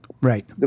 Right